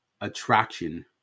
attraction